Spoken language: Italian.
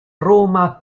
roma